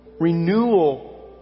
Renewal